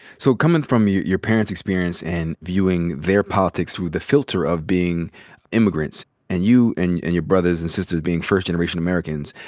so coming from your your parents' experience and viewing their politics through the filter of being immigrants and you and and your brothers and sisters being first-generation americans,